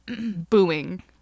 booing